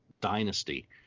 Dynasty